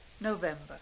November